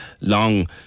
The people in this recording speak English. long